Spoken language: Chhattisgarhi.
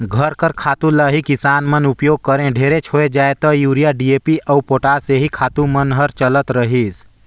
घर कर खातू ल ही किसान मन उपियोग करें ढेरेच होए जाए ता यूरिया, डी.ए.पी अउ पोटास एही खातू मन हर चलत रहिस